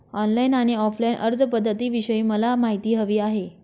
online आणि offline अर्जपध्दतींविषयी मला माहिती हवी आहे